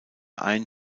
ein